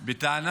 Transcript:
בטענה